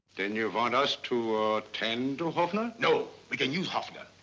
then you want us to tend to hoffner? no, we can use hoffner.